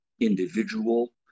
individual